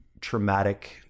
traumatic